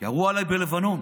ירו עליי בלבנון,